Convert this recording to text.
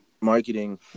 marketing